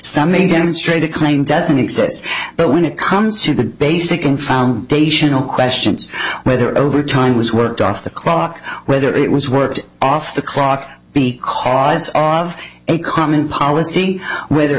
a demonstrated claim doesn't exist but when it comes to the basic and foundational questions whether overtime was worked off the clock whether it was work off the clock because of a common policy whether